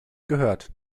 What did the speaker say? gehört